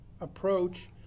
approach